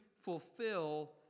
fulfill